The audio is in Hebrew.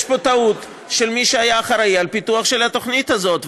יש פה טעות של מי שהיה אחראי לפיתוח של התוכנית הזאת,